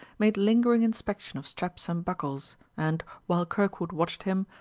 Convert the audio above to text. made lingering inspection of straps and buckles, and, while kirkwood watched him,